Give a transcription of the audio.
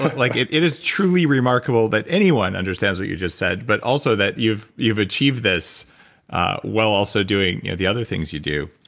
like it it is truly remarkable that anyone understands what you just said but also that you've you've achieved this while also doing you know the other things you do.